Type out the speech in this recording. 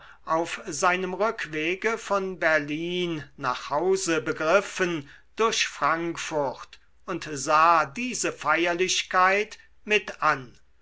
auf seinem rückwege von berlin nach hause begriffen durch frankfurt und sah diese feierlichkeit mit an